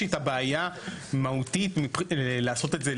יש איתה בעיה מהותית לעשות את זה.